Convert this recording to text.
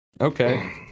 Okay